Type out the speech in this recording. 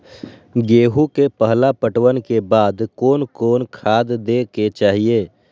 गेहूं के पहला पटवन के बाद कोन कौन खाद दे के चाहिए?